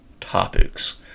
topics